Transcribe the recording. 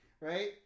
Right